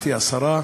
מכובדתי השרה,